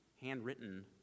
handwritten